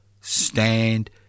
stand